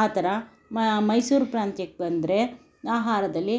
ಆ ಥರ ಮೈಸೂರು ಪ್ರಾಂತ್ಯಕ್ಕೆ ಬಂದರೆ ಆಹಾರದಲ್ಲಿ